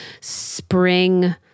spring